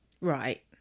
Right